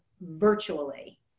virtually